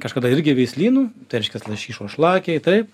kažkada irgi veislynu tai reiškias lašišos šlakiai taip